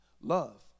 Love